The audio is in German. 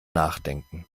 nachdenken